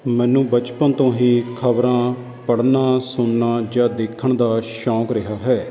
ਮੈਨੂੰ ਬਚਪਨ ਤੋਂ ਹੀ ਖਬਰਾਂ ਪੜ੍ਹਨਾ ਸੁਣਨਾ ਜਾਂ ਦੇਖਣ ਦਾ ਸ਼ੌਕ ਰਿਹਾ ਹੈ